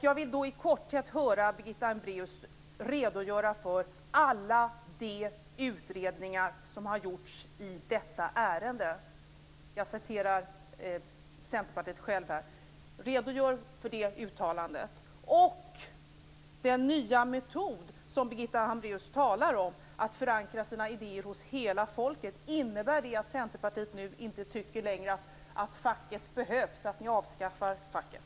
Jag vill i korthet höra Birgitta Hambraeus redogöra för alla de utredningar som har gjorts i detta ärende. Jag återger Centerpartiets eget uttalande här. Redogör för det uttalandet! Den nya metod som Birgitta Hambraeus talar om, att förankra sina idéer hos hela folket, innebär det att Centerpartiet inte längre tycker att facket behövs? Avskaffar ni facket?